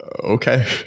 okay